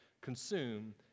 consume